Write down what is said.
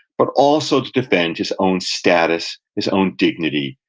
but also to defend his own status, his own dignity,